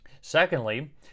secondly